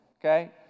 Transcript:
Okay